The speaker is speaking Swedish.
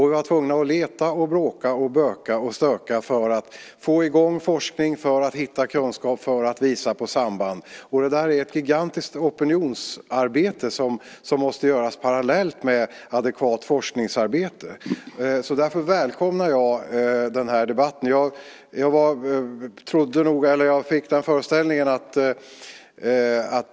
Vi var tvungna att leta, bråka, böka och stöka för att få i gång forskning, hitta kunskap och visa på samband. Det är ett gigantiskt opinionsarbete som måste göras parallellt med adekvat forskningsarbete. Jag välkomnar därför den här debatten.